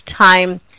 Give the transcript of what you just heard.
time